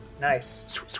nice